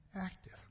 active